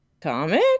Comic